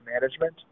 Management